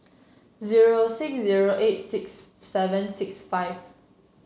zero six zero eight six seven six five